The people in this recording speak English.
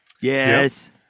Yes